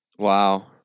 Wow